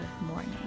Morning